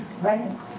right